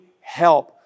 help